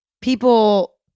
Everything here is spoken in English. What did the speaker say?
People